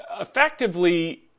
effectively